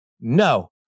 no